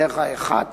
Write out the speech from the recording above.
הדרך האחת